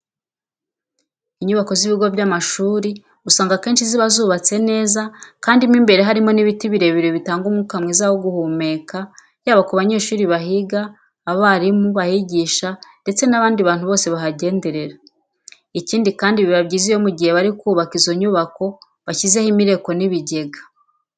Inyubako z'ibigo by'amashuri usanga akenshi ziba zubatse neza kandi mo imbere harimo n'ibiti birebire bitanga umwuka mwiza wo guhumeka yaba ku banyeshuri bahiga, abarimu bahigisha ndetse n'abandi bantu bose bahagenderera. Ikindi kandi biba byiza iyo mu gihe bari kubaka izo nyubako bashyizeho imireko n'ibigega.